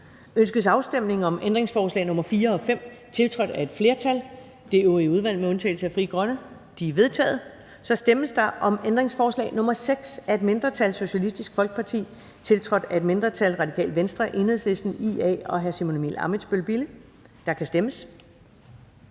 Ønskes afstemning om ændringsforslag nr. 4 og 5, tiltrådt af et flertal (udvalget med undtagelse af FG)? De er vedtaget. Så stemmes der om ændringsforslag nr. 6 af et mindretal (SF), tiltrådt af et mindretal (RV, EL, IA og Simon Emil Ammitzbøll-Bille (UFG)). Der kan stemmes.